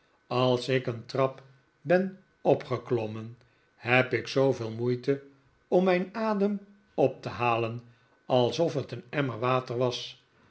als ik een trap ben opgeklommen heb ik zooveel moeite om mijn adem op te halen alsof t een emmer water was